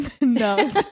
no